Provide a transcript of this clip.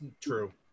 True